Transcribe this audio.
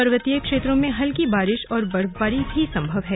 पर्वतीय क्षेत्रों में हलकी बारिश और बर्फबारी भी संभव है